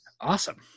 Awesome